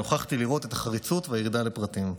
ונוכחתי לראות את החריצות והירידה לפרטים.